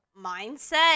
mindset